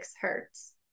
hertz